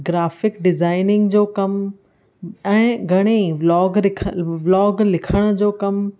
graphic designing जो कमु ऐं घणी व्लोग लिख व्लोग लिखण जो कमु